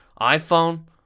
iphone